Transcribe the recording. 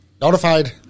notified